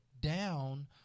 down